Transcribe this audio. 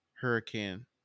Hurricane